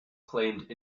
claimed